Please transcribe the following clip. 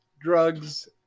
drugs